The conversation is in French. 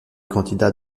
candidats